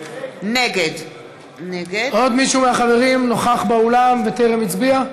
נגד עוד מישהו מהחברים נוכח באולם וטרם הצביע?